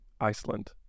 Iceland